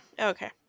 Okay